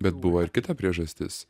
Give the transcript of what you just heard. bet buvo ir kita priežastis